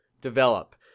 develop